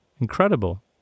Incredible